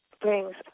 brings